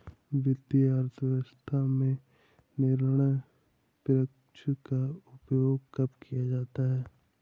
वित्तीय अर्थशास्त्र में निर्णय वृक्ष का उपयोग कब किया जाता है?